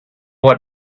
what